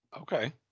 Okay